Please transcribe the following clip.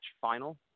final